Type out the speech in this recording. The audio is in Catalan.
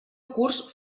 curs